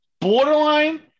borderline